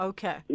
Okay